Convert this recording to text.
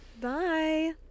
Bye